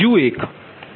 બીજું એકλ0